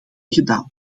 gedaan